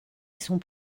sont